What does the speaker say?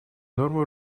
нормой